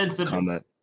comment